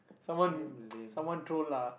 someone someone troll lah